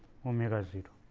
omega zero.